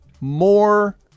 more